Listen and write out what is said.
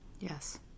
Yes